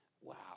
Wow